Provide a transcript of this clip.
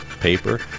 paper